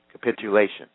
Capitulation